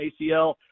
ACL